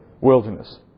wilderness